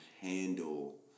handle